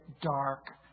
dark